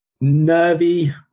nervy